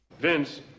Vince